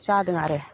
जादों आरो